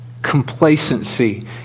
complacency